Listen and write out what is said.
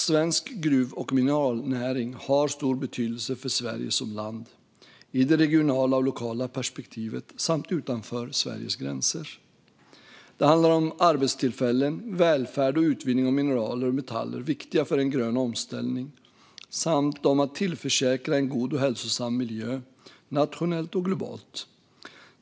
Svensk gruv och mineralnäring har stor betydelse för Sverige som land, i det regionala och lokala perspektivet samt utanför Sveriges gränser. Det handlar om arbetstillfällen, välfärd och utvinning av mineraler och metaller som är viktiga för en grön omställning samt om att tillförsäkra en god och hälsosam miljö, nationellt och globalt.